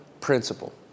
principle